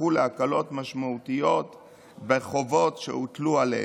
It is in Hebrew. וזכו להקלות משמעותיות בחובות שהוטלו עליהם.